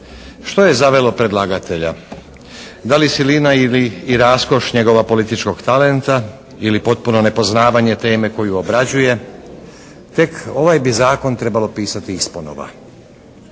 što je zavelo predlagatelja, da li silina i raskoš njegova političkog talenta ili potpuno nepoznavanje teme koju obrađuje. Tek ovaj bi zakon trebao pisati isponova.